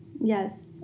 Yes